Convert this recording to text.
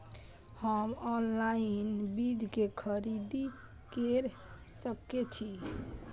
हम ऑनलाइन बीज के खरीदी केर सके छी?